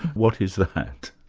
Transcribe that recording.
what is that?